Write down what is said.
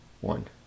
one